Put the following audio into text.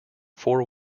four